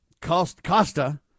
Costa